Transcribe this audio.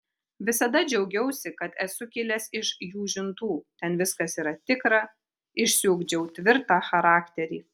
visada džiaugiausi kad esu kilęs iš jūžintų ten viskas yra tikra išsiugdžiau tvirtą charakterį